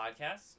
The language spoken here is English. podcasts